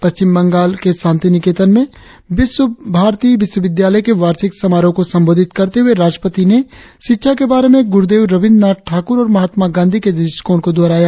पश्चिम बंगाल को शांति निकेतन में विश्व भारती विश्वविद्यालय के वार्षिक समारोह को संबोधित करते हुए राष्ट्रपति ने शिक्षा के बारे में गुरुदेव रविद्रनाथ ठाकुर और महात्मा गांधी के दृष्टिकोण को दोहराया